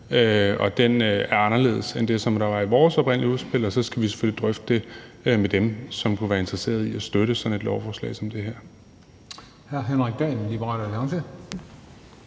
og den er anderledes end det, der var i vores oprindelige udspil. Og så skal vi selvfølgelig drøfte det med dem, som kunne være interesseret i at støtte sådan et lovforslag som det her.